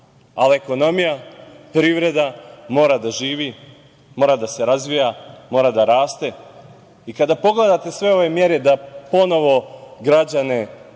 Ali, ekonomija, privreda mora da živi, mora da se razvija, mora da raste. Kada pogledate sve ove mere, da ponovo građane